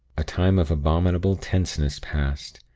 a time of abominable tenseness passed,